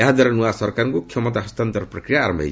ଏହାଦ୍ୱାରା ନୂଆ ସରକାରଙ୍କୁ କ୍ଷମତା ହସ୍ତାନ୍ତର ପ୍ରକ୍ରିୟା ଆରମ୍ଭ ହେବ